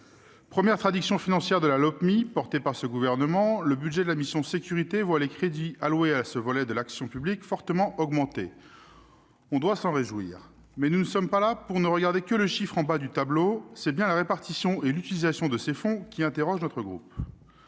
première traduction financière du projet de Lopmi, présenté par ce gouvernement, le budget de la mission « Sécurités » voit les crédits alloués à ce volet de l'action publique fortement augmenter. Nous devrions nous en réjouir, mais nous ne sommes pas là pour ne regarder que le chiffre en bas du tableau. C'est bien la répartition et l'utilisation de ces fonds qui interrogent notre groupe.